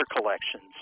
collections